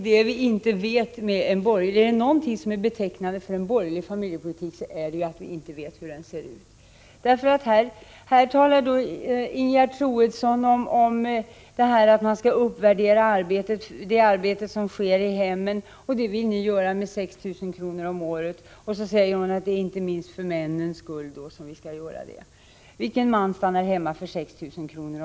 Men är det någonting som är betecknande för en borgerlig familjepolitik så är det att vi inte vet hur den ser ut! Här talar Ingegerd Troedsson om att man skall uppvärdera det arbete som sker i hemmen, och det vill man göra med 6 000 kr. om året. Det är, säger hon, inte minst för männens skull som vi skall göra detta. Vilken man stannar hemma för 6 000 kr. om året?